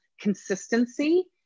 consistency